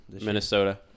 Minnesota